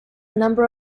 number